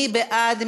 מי בעד?